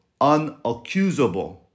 unaccusable